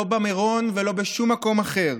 לא במירון ולא בשום מקום אחר.